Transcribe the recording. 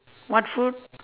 what food